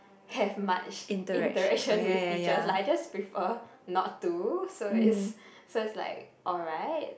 have much interaction with teacher like I just prefer not to so is so is like alright